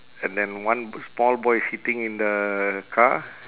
and then one small boy sitting in the car